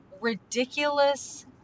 ridiculous